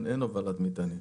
אין הובלת מטענים.